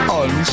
on